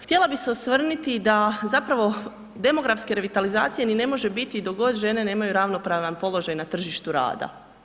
Htjela bi se osvrnuti da zapravo demografske revitalizacije ni ne može biti dok god žene nemaju ravnopravan položaj na tržištu rada.